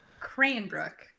Cranbrook